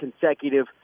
consecutive